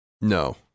No